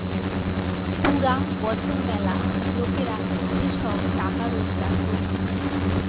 পুরা বছর ম্যালা লোকরা যে সব টাকা রোজগার করতিছে